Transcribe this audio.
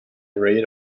rate